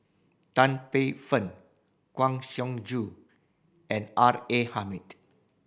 Tan Paey Fern Kang Siong Joo and R A Hamid